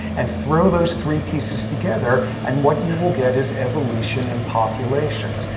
and throw those three pieces together, and what you will get is evolution in populations.